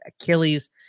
Achilles